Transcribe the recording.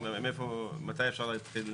תנסח את